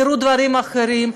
יראו דברים אחרים.